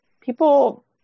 people